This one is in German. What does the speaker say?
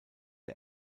der